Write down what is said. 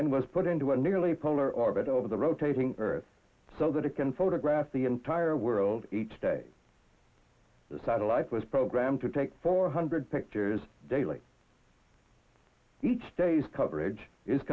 nine was put into a nearly polar orbit over the rotating earth so that it can photograph the entire world each day the satellite was programmed to take four hundred pictures daily each day's coverage is